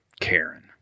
Karen